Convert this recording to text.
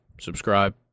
subscribe